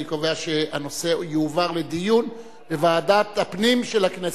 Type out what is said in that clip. אני קובע שהנושא יועבר לדיון בוועדת הפנים של הכנסת.